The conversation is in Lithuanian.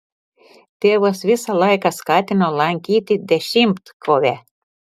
tėvas visą laiką skatino lankyti dešimtkovę